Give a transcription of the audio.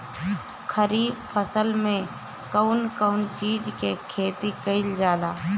खरीफ फसल मे कउन कउन चीज के खेती कईल जाला?